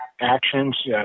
actions